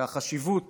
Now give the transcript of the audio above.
החשיבות